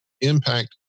impact